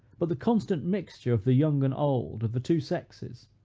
but the constant mixture of the young and old, of the two sexes,